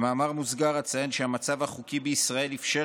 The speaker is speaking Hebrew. במאמר מוסגר אציין שהמצב החוקי בישראל אפשר